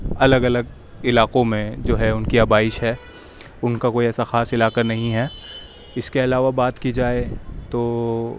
الگ الگ علاقوں میں جو ہے ان کی آبائش ہے ان کا کوئی ایسا کوئی خاص علاقہ نہیں ہے اس کے علاوہ بات کی جائے تو